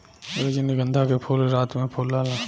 रजनीगंधा के फूल रात में फुलाला